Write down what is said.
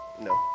No